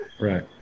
right